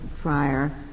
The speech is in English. prior